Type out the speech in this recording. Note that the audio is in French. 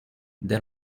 dès